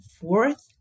fourth